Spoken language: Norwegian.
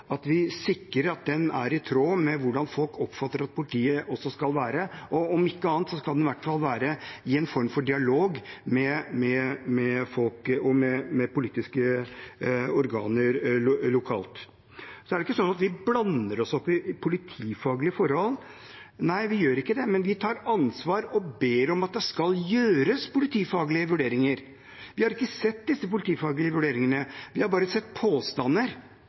sikrer at den er i tråd med hvordan folk oppfatter at politiet også skal være. Om ikke annet skal det i hvert fall være en form for dialog med folk og med politiske organer lokalt. Så er det ikke sånn at vi blander oss opp i politifaglige forhold. Nei, vi gjør ikke det, men vi tar ansvar og ber om at det skal gjøres politifaglige vurderinger. Vi har ikke sett disse politifaglige vurderingene. Vi har bare sett påstander